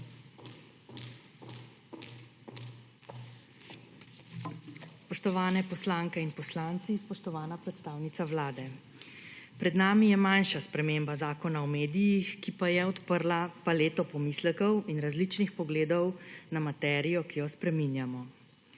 Spoštovani poslanke in poslanci! Spoštovana predstavnica Vlade! Pred nami je manjša sprememba Zakona o medijih, ki pa je odprla paleto pomislekov in različnih pogledov na materijo, ki jo spreminjamo.